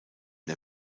der